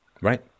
Right